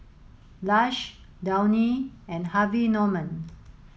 Lush Downy and Harvey Norman